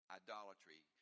idolatry